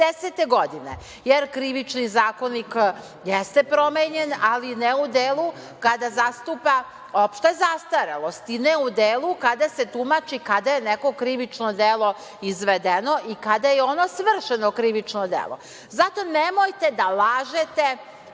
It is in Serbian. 2010. godine, jer Krivični zakonik jeste promenjen, ali ne u delu kada nastupa opšta zastarelost i ne u delu kada se tumači kada je neko krivično delo izvedeno i kada je svršeno krivično delo. Zato, nemojte da lažete